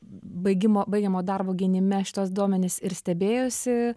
baigimo baigiamojo darbo gynime šituos duomenis ir stebėjosi